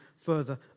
further